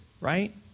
right